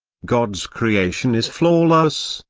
god's creation is flawless,